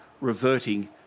reverting